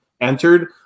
entered